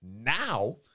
now